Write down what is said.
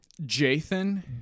Jathan